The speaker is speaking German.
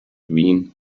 wien